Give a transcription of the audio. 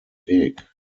weg